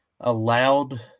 allowed